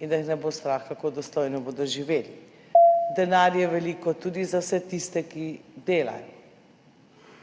da jih ne bo strah, kako dostojno bodo živeli. Denar je veliko tudi za vse tiste, ki delajo,